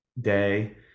day